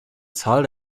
zahl